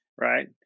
right